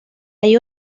hay